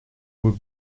would